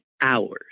hours